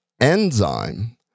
enzyme